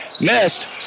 Missed